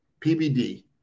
PBD